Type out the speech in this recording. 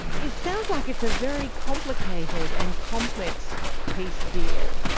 it sounds like it's a very complicated and complex peace deal.